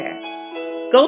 go